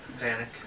Panic